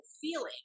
feeling